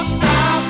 stop